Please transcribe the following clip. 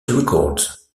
records